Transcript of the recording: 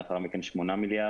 לאחר מכן 8 מיליארד,